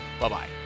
bye-bye